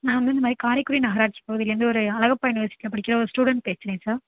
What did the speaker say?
நான் வந்து இந்தமாதிரி காரைக்குடி நகராட்சி பகுதிலர்ந்து ஒரு அழகப்பா யூனிவர்சிட்டியில படிக்கிற ஒரு ஸ்டூடண்ட் பேசுகிறேன் சார்